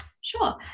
Sure